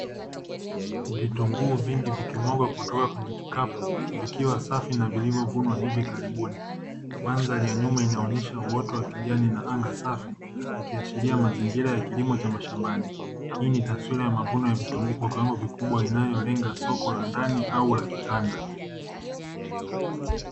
Vitunguu vingi vikimwagwa kutoka kwenye vikapu vikiwa safi na vilivyovunwa hivi karibuni. Mandhari ya nyuma inaonyesha uoto wa kijani na anga safi, ikiashiria mazingira ya kilimo cha mashambani. Hii ni taswira ya mavuno ya vitunguu kwa kiwango kikubwa inayolenga soko la ndani au la kikanda.